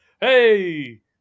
Hey